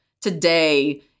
today